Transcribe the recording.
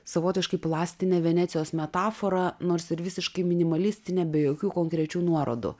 savotiškai plastinė venecijos metafora nors ir visiškai minimalistinė be jokių konkrečių nuorodų